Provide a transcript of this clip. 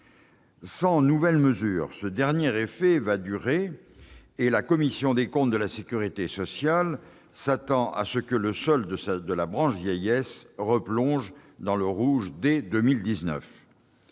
Sans nouvelle mesure, ce dernier effet va durer et la commission des comptes de la sécurité sociale s'attend à ce que le solde de la branche vieillesse replonge dans le rouge dès 2019.